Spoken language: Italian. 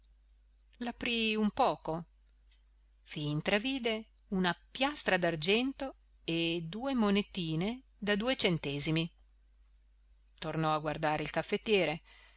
pesava l'aprì un poco vi intravide una piastra d'argento e due monetine da due centesimi tornò a guardare il caffettiere